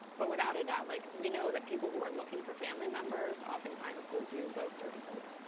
but without a doubt, like we know that people who are looking for family members oftentimes will do both services.